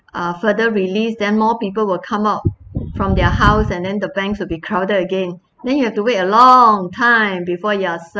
uh further released then more people will come out from their house and then the banks will be crowded again then you have to wait a long time before you are served